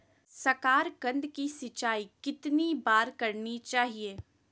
साकारकंद की सिंचाई कितनी बार करनी चाहिए?